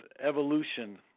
evolution